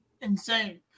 insane